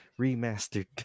remastered